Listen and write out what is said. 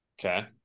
Okay